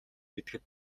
мэдэхэд